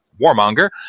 warmonger